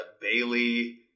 Bailey